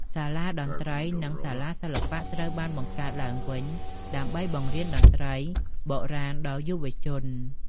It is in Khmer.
សាលាតន្ត្រី និងសាលាសិល្បៈត្រូវបានបង្កើតឡើងវិញ ដើម្បីបង្រៀនតន្ត្រីបុរាណដល់យុវជន។